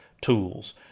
tools